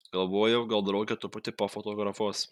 galvojau gal draugė truputį pafotografuos